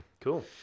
cool